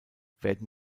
werden